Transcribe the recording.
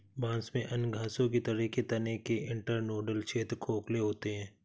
बांस में अन्य घासों की तरह के तने के इंटरनोडल क्षेत्र खोखले होते हैं